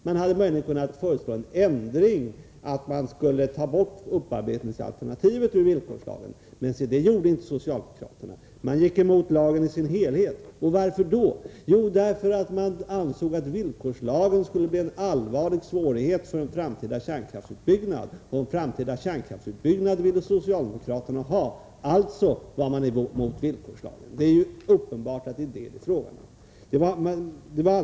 De hade möjligen kunnat föreslå den ändringen att upparbetningsalternativet skulle tas bort ur villkorslagen. Men det gjorde inte socialdemokraterna. De gick emot lagen i dess helhet. Varför? Jo, de insåg att villkorslagen skulle bli en allvarlig svårighet för en framtida kärnkraftsutbyggnad, och en framtida kärnkraftsutbyggnad ville socialdemokraterna ha. Alltså var de emot villkorslagen. Det är uppenbart fråga om detta.